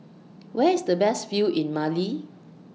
Where IS The Best View in Mali